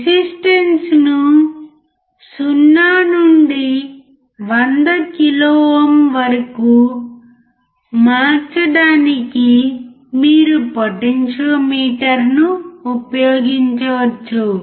resistance ను 0 నుండి 100 kilo ohm వరకు మార్చడానికి మీరు పొటెన్టోమీటర్ను ఉపయోగించవచ్చు